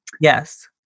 Yes